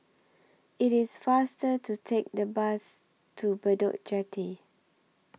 IT IS faster to Take The Bus to Bedok Jetty